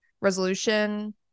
Resolution